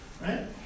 right